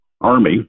Army